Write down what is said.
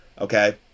okay